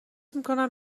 میکنم